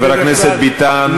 חבר הכנסת ביטן,